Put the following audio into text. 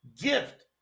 gift